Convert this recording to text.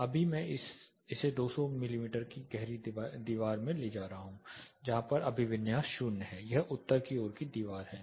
अभी मैं इसे 200 मिमी की गहरी दीवार में ले जा रहा हूँ यहाँ पर अभिविन्यास 00 है यह उत्तर की ओर की दीवार है